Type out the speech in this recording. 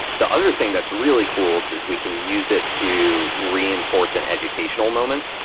the other thing that's really cool is we can use it to reinforce an educational moment.